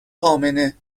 امنه